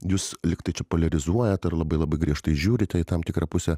jūs liktai čia poliarizuoja labai labai griežtai žiūrite į tam tikrą pusę